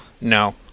No